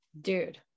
Dude